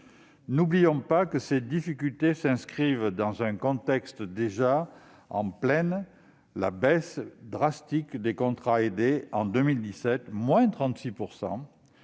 N'oublions pas que ces difficultés s'inscrivent dans un contexte déjà en peine, la baisse drastique des contrats aidés- 36 % en 2017 et 50 %